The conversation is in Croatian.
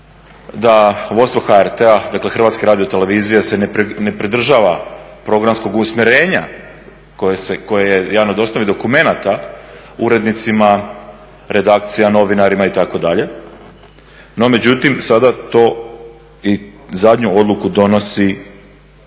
vijeće HRT-a može reći da vodstvo HRT-a ne pridržava programskog usmjerenja koje je jedan od osnovnih dokumenta urednicima, redakcijama, novinarima itd. no međutim sada to i zadnju odluku donosi